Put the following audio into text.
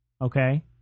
Okay